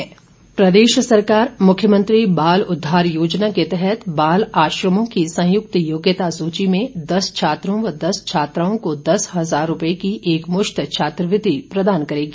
मुख्यमंत्री प्रदेश सरकार मुख्यमंत्री बाल उद्वार योजना के तहत बाल आश्रमों की संयुक्त योग्यता सूची में दस छात्रों व दस छात्राओं को दस हजार रुपए की एकमुश्त छात्रवृत्ति प्रदान करेगी